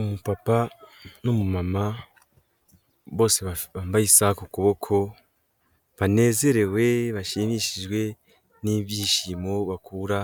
Umupapa n'umumama bose bambaye isaku kuboko banezerewe bashimishijwe n'ibyishimo bakura